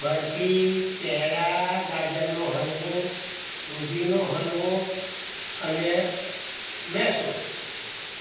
બર્ફી પેડા ગાજરનો હલવો દૂધીનો હલવો અને મેસૂર